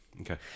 Okay